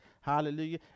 hallelujah